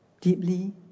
deeply